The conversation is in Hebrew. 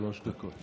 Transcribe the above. שלוש דקות.